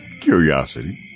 Curiosity